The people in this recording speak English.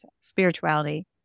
spirituality